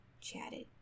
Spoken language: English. chatted